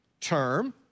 term